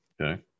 Okay